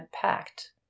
packed